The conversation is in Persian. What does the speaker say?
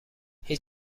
هیچ